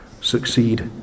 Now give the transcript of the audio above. Succeed